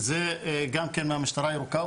זה גם כן מהמשטרה הירוקה,